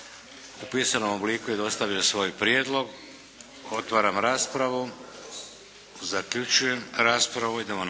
U pisanom obliku je dostavio svoj prijedlog. Otvaram raspravu. Zaključujem raspravu.